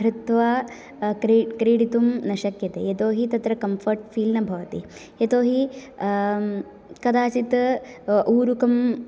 धृत्वा क्री क्रीडितुं न शक्यते यतेहि तत्र कम्फर्ट् फील् न भवति यतेहि कदाचित् ऊरुकं